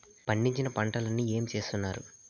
పండించిన పంటలని ఏమి చేస్తున్నారు?